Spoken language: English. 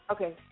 Okay